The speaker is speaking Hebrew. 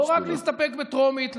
ולא להסתפק רק בטרומית,